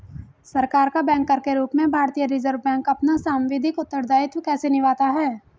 सरकार का बैंकर के रूप में भारतीय रिज़र्व बैंक अपना सांविधिक उत्तरदायित्व कैसे निभाता है?